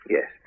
Yes